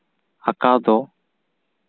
ᱟᱸᱠᱟᱣ ᱫᱚ